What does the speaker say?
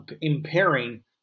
impairing